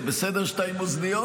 זה בסדר שאתה עם אוזניות,